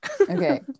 okay